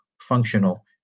functional